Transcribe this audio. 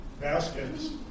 baskets